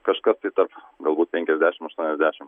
kažkas tai tarp galbūt penkiasdešim aštuoniasdešim